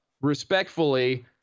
respectfully